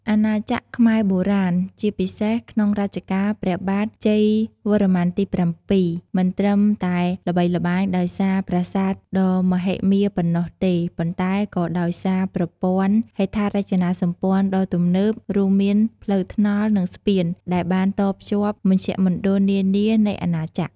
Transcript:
អាណាចក្រខ្មែរបុរាណ ជាពិសេសក្នុងរជ្ជកាលព្រះបាទ ជ័យវរ្ម័នទី៧ មិនត្រឹមតែល្បីល្បាញដោយសារប្រាសាទដ៏មហិមាប៉ុណ្ណោះទេ ប៉ុន្តែក៏ដោយសារប្រព័ន្ធហេដ្ឋារចនាសម្ព័ន្ធដ៏ទំនើប រួមមាន ផ្លូវថ្នល់ និងស្ពាន ដែលបានតភ្ជាប់មជ្ឈមណ្ឌលនានានៃអាណាចក្រ។